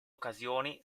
occasioni